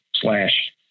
slash